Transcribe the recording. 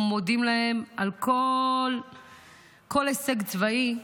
אנחנו מודים להם על כל הישג צבאי,